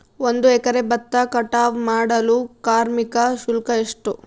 ಒಂದು ಎಕರೆ ಭತ್ತ ಕಟಾವ್ ಮಾಡಲು ಕಾರ್ಮಿಕ ಶುಲ್ಕ ಎಷ್ಟು?